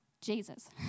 Jesus